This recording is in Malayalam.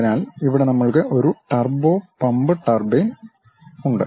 അതിനാൽ ഇവിടെ നമ്മൾക്ക് ഒരു ടർബോ പമ്പ് ടർബൈൻ ഉണ്ട്